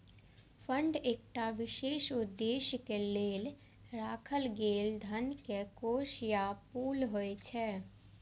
fund एकटा विशेष उद्देश्यक लेल राखल गेल धन के कोष या पुल होइ छै